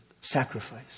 sacrifice